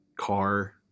car